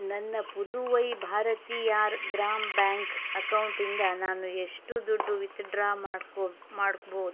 ನನ್ನ ಪುದುವೈ ಭಾರತಿಯಾರ್ ಗ್ರಾಮ್ ಬ್ಯಾಂಕ್ ಅಕೌಂಟಿಂದ ನಾನು ಎಷ್ಟು ದುಡ್ಡು ವಿತ್ಡ್ರಾ ಮಾಡ್ಕೊ ಮಾಡ್ಬೋದು